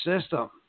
system